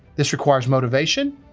this requires motivation,